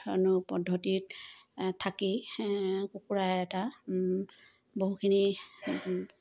ধৰণৰ পদ্ধতিত থাকি কুকুৰা এটা বহুখিনি